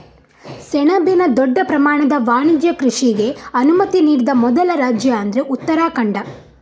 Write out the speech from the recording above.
ಸೆಣಬಿನ ದೊಡ್ಡ ಪ್ರಮಾಣದ ವಾಣಿಜ್ಯ ಕೃಷಿಗೆ ಅನುಮತಿ ನೀಡಿದ ಮೊದಲ ರಾಜ್ಯ ಅಂದ್ರೆ ಉತ್ತರಾಖಂಡ